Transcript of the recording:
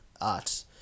art